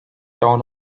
town